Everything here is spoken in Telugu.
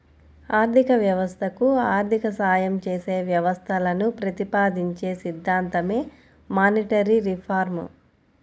ఆర్థిక వ్యవస్థకు ఆర్థిక సాయం చేసే వ్యవస్థలను ప్రతిపాదించే సిద్ధాంతమే మానిటరీ రిఫార్మ్